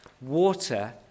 water